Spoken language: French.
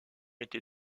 été